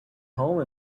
home